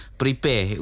prepare